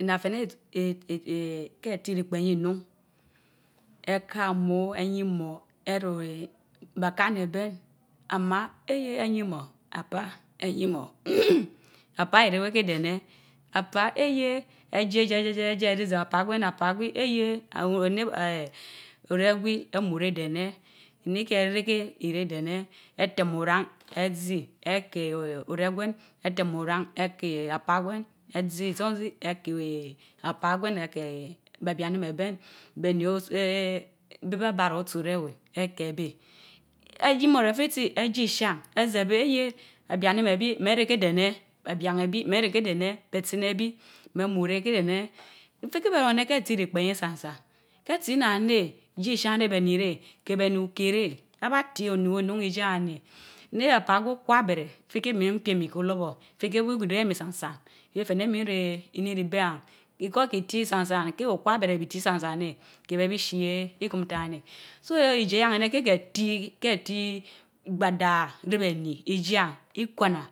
una fe ne ee ke ti ri lpen ye inun e ka amo eyimor, ere bé ka ni selben, amaa eeyeh! eyimor ere bé ka ni eben amaa eeyeh! eyimor apaa eyimor clearsturont apaa iriwé ké de ne? apaa eeyeh! aajeejeje a je ze apa gwen ne or an azi, eká orengwen, atem oran eké apaa guen ezi isaanzi ekére apaa eve ele gwen be blanime ogwen be ni bé bebara otsu me we elké ebe Ayimor afritsi ajiishan azeebe zeyeh ebia- nime bi, mereké de ne? Be bianabi, me reke de ne? Be tsinebi me múré ké de ne? ifike bée run anor ke ti ri pén san san, ke tsi nnan né, ji ishan re be ni re, ke ke ni ukee re, aba ti ori wonun rijéeyen néé ney apaa gwi okwa abere, ifike min Piem iki olorbor ifiké bu, kwin emi Sansan re fe ne mi rike ine ribe yan because kinkisan san ko okwa abere kes te san san né, ke be bi shiee Nkimta en néy so ijee yen Vie ete gbadan ne be ni, ikwana.